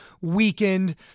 weakened